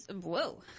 Whoa